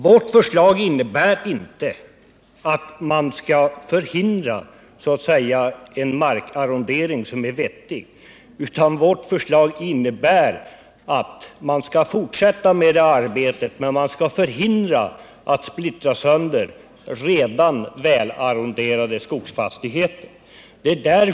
Vårt förslag innebär inte att man skall förhindra en markarrondering som är vettig. Förslaget innebär att man skall fortsätta det arbetet men att man skall förhindra splittring av redan välarronderade skogsfastigheter.